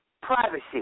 Privacy